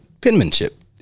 penmanship